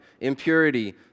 impurity